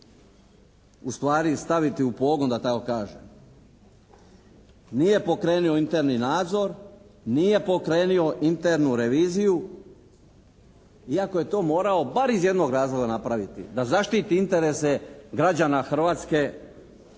ustvari i staviti u pogon da tako kažem. Nije pokrenuo interni nadzor, nije pokrenuo internu reviziju iako je to morao bar iz jednog razloga napraviti. Da zaštiti interese građana Hrvatske zbog